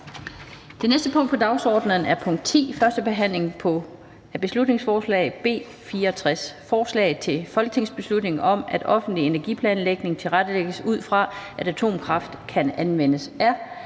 Det næste punkt på dagsordenen er: 10) 1. behandling af beslutningsforslag nr. B 64: Forslag til folketingsbeslutning om, at offentlig energiplanlægning tilrettelægges ud fra, at atomkraft kan anvendes.